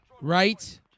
Right